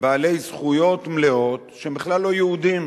בעלי זכויות מלאות, שהם בכלל לא יהודים,